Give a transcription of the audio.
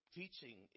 teaching